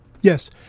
Yes